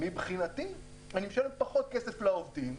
כי ככה הוא משלם פחות כסף לעובדים.